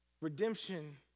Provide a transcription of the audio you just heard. Redemption